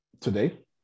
today